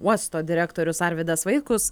uosto direktorius arvydas vaitkus